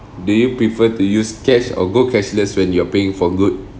do you prefer to use cash or go cashless when you are paying for goods